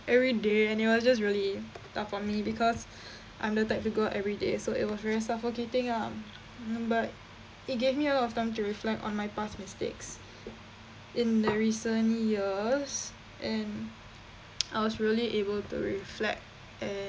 every day and it was just really tough for me because I'm the type to go out every day so it was very suffocating ah but it gave me a lot of time to reflect on my past mistakes in recent years and I was really able to reflect and